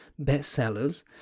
bestsellers